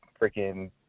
freaking